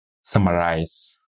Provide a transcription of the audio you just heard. summarize